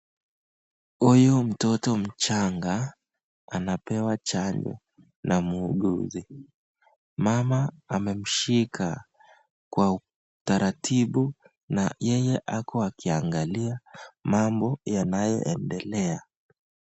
Huyu mtoto mchanga anapewa chanjo na muuguzi mama, amemshika kwa utaratibu na yeye ako kuangalia mambo yanayoendelea.